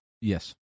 Yes